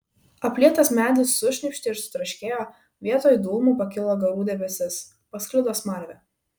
aplietas medis sušnypštė ir sutraškėjo vietoj dūmų pakilo garų debesis pasklido smarvė